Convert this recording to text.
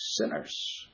sinners